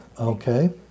Okay